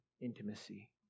intimacy